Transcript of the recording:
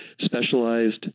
specialized